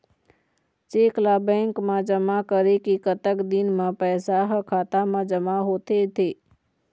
Cheque ला bank मा जमा करे के कतक दिन मा पैसा हा खाता मा जमा होथे थे?